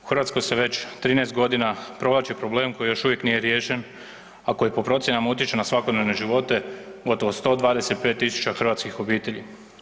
U Hrvatskoj se već 13 g. provlači problem koji još uvijek nije riješen a koji po procjenama utječe na svakodnevne živote, gotovo 125 000 hrvatskih obitelji.